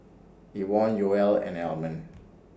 Ivonne Yoel and Almond